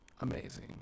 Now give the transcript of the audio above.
amazing